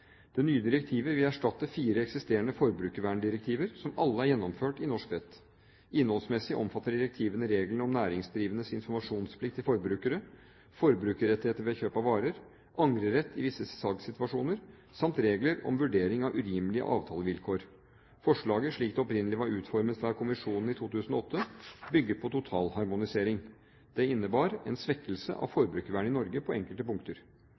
Det nye direktivet vil erstatte fire eksisterende forbrukerverndirektiver, som alle er gjennomført i norsk rett. Innholdsmessig omfatter direktivene regler om næringsdrivendes informasjonsplikt til forbrukere, forbrukerrettigheter ved kjøp av varer, angrerett i visse salgssituasjoner samt regler om vurdering av urimelige avtalevilkår. Forslaget, slik det opprinnelig var utformet fra kommisjonen i 2008, bygger på totalharmonisering. Det innebar en svekkelse av forbrukervernet i Norge på enkelte punkter.